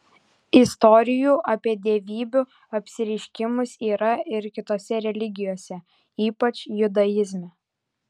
istorijų apie dievybių apsireiškimus yra ir kitose religijose ypač judaizme